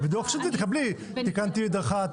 בדיווח השנתי תקבלי: תיקנתי מדרכה,